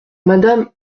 madame